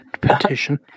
petition